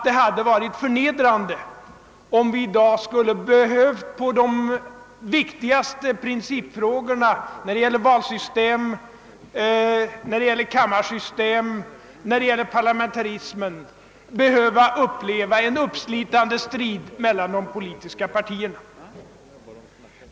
Det hade varit förnedrande om vi i dag beträffande de viktigaste principfrågorna — valsystem, kammarsystem och parlamentarism — hade behövt uppleva en uppslitande strid mellan de politiska partierna.